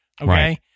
Okay